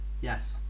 Yes